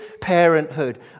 parenthood